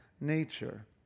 nature